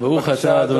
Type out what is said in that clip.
הפכה ישראל למשק